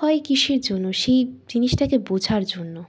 হয় কিসের জন্য সেই জিনিসটাকে বোঝার জন্য